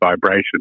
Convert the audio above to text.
vibration